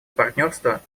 партнерства